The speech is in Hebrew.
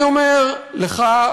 אני אומר לך,